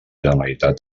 generalitat